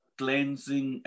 cleansing